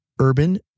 Urban